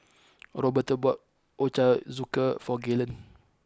Roberto bought Ochazuke for Gaylen